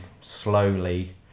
slowly